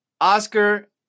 Oscar